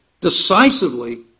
decisively